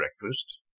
breakfast